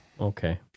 Okay